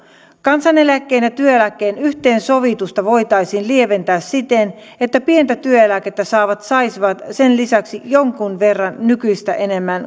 kansaneläkkeen ja työeläkkeen yhteensovitusta voitaisiin lieventää siten että pientä työeläkettä saavat saisivat sen lisäksi jonkun verran nykyistä enemmän